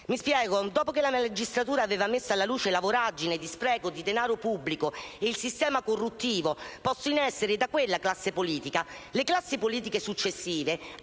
Mi spiego: dopo che la magistratura aveva messo alla luce una voragine di spreco di denaro pubblico e il sistema corruttivo posto in essere da quella classe politica, le classi politiche successive